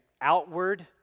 outward